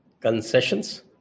concessions